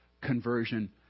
conversion